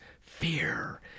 Fear